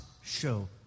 show